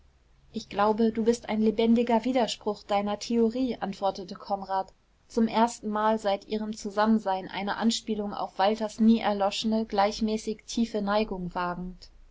ich glaube du bist ein lebendiger widerspruch deiner theorie antwortete konrad zum erstenmal seit ihrem zusammensein eine anspielung auf walters nie erloschene gleichmäßig tiefe neigung wagend